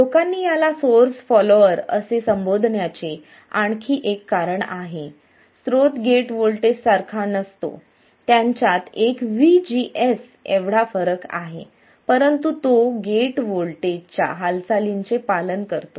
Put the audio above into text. लोकांनी याला source follower असे संबोधण्या चे आणखी एक कारण आहे स्रोत गेट व्होल्टेज सारखा नसतो त्यांच्यात एक VGS एवढा फरक आहे परंतु तो गेट व्होल्टेजच्या हालचालींचे पालन करतो